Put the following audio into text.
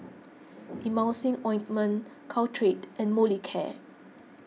Emulsying Ointment Caltrate and Molicare